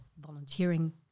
volunteering